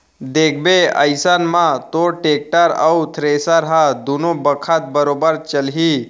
देखबे अइसन म तोर टेक्टर अउ थेरेसर ह दुनों बखत बरोबर चलही